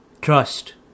trust